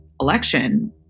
election